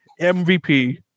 MVP